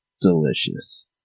delicious